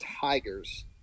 Tigers